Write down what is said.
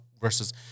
versus